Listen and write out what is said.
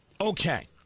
Okay